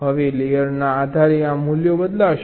હવે લેયરના આધારે આ મૂલ્યો બદલાશે